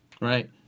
right